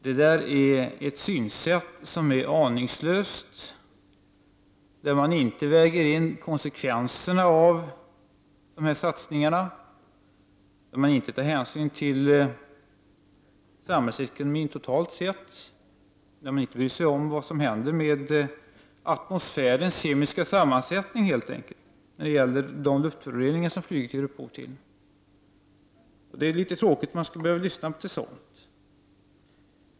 Detta är ett aningslöst synsätt där man inte väger in konsekvenserna av dessa satsningar, där man inte tar hänsyn till samhällsekonomin totalt sett och där man inte bryr sig om vad som händer med atmosfärens kemiska sammansättning när det gäller de luftföroreningar som flyget ger upphov till. Det är litet tråkigt att man skall behöva lyssna till sådant.